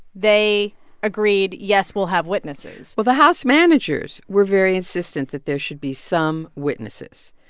they agreed, yes, we'll have witnesses well, the house managers were very insistent that there should be some witnesses.